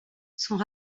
sont